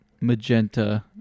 magenta